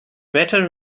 better